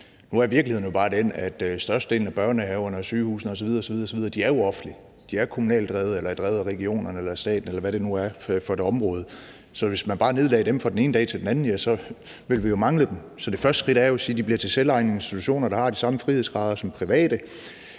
Nu er virkeligheden jo bare den, at størstedelen af børnehaverne, sygehusene osv. osv. er offentlige; de er kommunalt drevet eller drevet af regionerne, staten, eller hvad det nu er for et område. Så hvis man bare nedlagde dem fra den ene dag til den anden, ville vi jo mangle dem. Så det første skridt er jo at sige, at de bliver selvejende institutioner, der har de samme frihedsgrader som private,